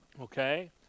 Okay